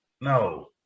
No